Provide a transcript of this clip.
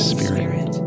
Spirit